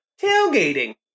tailgating